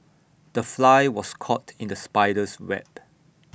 the fly was caught in the spider's web